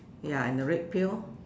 ya and the red pail